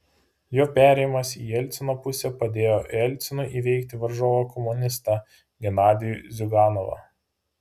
jo perėjimas į jelcino pusę padėjo jelcinui įveikti varžovą komunistą genadijų ziuganovą